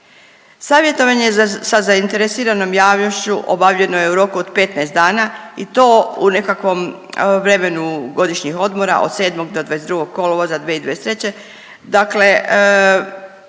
Savjetovanje sa zainteresiranom javnošću obavljeno je u roku od 15 dana i to u nekakvom vremenu godišnjih odmora od 7. do 22. kolovoza 2023., dakle